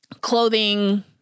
clothing